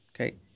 Okay